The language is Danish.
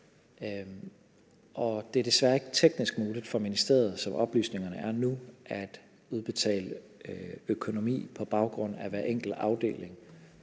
Det er desværre ikke teknisk muligt for ministeriet, som oplysningerne er nu, at udbetale økonomi på baggrund af hver enkelt afdeling,